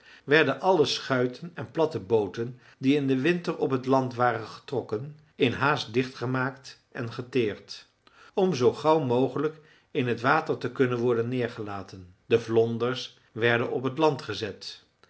werden alle schuiten en platte booten die in den winter op het land waren getrokken in haast dichtgemaakt en geteerd om zoo gauw mogelijk in het water te kunnen worden neergelaten de vlonders werden op t land gezet